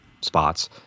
spots